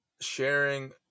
sharing